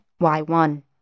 Y1